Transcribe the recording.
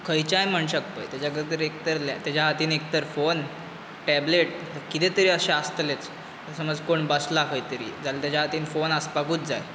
तूं खंयच्याय मनशाक पळय तेज्या कर तर एक तर लॅ तेज्या हातीन एकतर फोन टॅबलेट कितेंदें तरी अशें आसतलेंच समज कोण बसला खंय तरी जाल तेज्या हातीन फोन आसपाकूच जाय